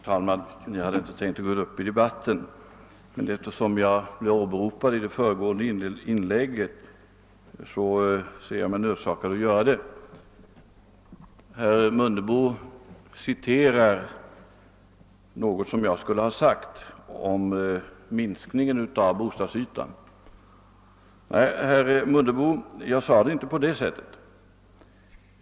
Herr talman! Jag hade inte tänkt begära ordet i denna debatt, men eftersom jag blev åberopad i det föregående inlägget ser jag mig nödsakad att göra det. Herr Mundebo »citerar« något som jag skulle ha sagt om att man borde minska bostadsytan. Nej, herr Mundebo, jag uttryckte mig inte på detta sätt.